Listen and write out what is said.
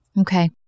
Okay